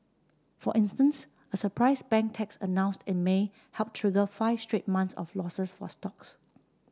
for instance a surprise bank tax announced in May helped trigger five straight months of losses for stocks